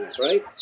right